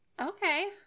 Okay